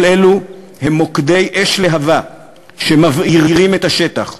כל אלו הם מוקדי אש להבה שמבעירים את השטח.